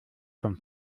vom